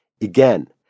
again